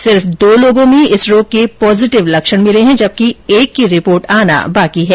सिर्फ दो लोगों में इस रोग के पोजेटिव लक्षण मिले है जबकि एक की रिपोर्ट आनी बाकी है